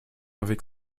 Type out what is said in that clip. avec